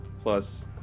plus